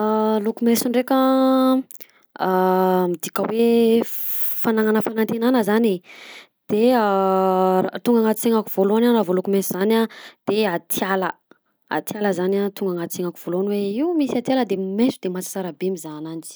Loko maiso ndreka a midika hoe fa- fagnanana fagnatenana zany e de tonga anaty sainako voalohany raha vao loko maiso zany de atiala, atiala zany tonga agnaty sainako voalohany io misy atiala maiso ma sara be mizaha ananjy.